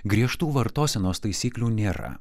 griežtų vartosenos taisyklių nėra